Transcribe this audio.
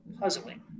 puzzling